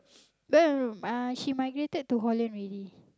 no no no uh she migrated to Holland already